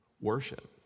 Worship